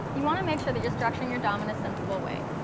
you want to make sure that you're structuring your dom in a sensible way.